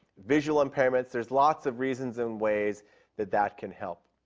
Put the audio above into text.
visual impairments. there's lots of reasons and ways that that can help.